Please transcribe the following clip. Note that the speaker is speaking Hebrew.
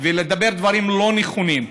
ולדבר דברים לא נכונים,